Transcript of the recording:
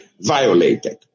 violated